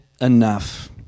enough